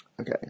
Okay